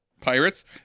Pirates